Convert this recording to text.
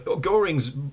Goring's